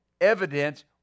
evidence